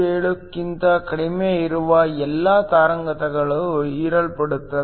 27 ಕ್ಕಿಂತ ಕಡಿಮೆ ಇರುವ ಎಲ್ಲಾ ತರಂಗಾಂತರಗಳು ಹೀರಲ್ಪಡುತ್ತವೆ